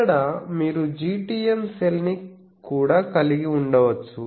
అక్కడ మీరు GTEM cell ని కూడా కలిగి ఉండవచ్చు